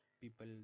people